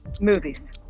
Movies